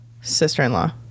Sister-in-law